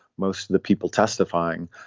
most of the people testifying.